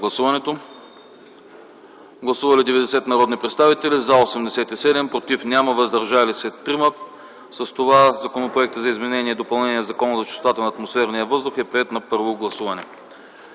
Гласували 90 народни представители: за 87, против няма, въздържали се 3. С това Законопроекта за изменение и допълнение на Закона за чистотата на атмосферния въздух, е приет на първо гласуване.